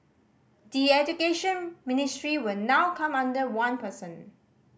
the Education Ministry will now come under one person